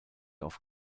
off